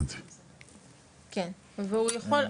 והוא יכול,